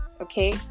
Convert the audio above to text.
okay